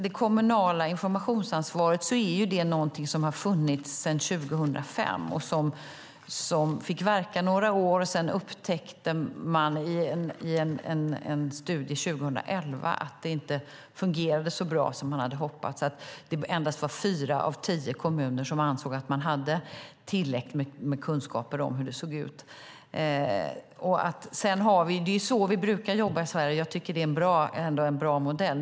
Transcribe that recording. Det kommunala informationsansvaret har funnits sedan 2005. Det fick verka några år, och sedan såg man i en studie 2011 att det inte fungerade så bra som man hade hoppats. Endast fyra av tio kommuner ansåg att de hade tillräckligt med kunskaper om hur det såg ut. Det är så vi brukar jobba i Sverige. Jag tycker att det är en bra modell.